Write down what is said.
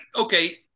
okay